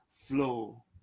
flow